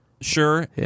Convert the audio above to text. Sure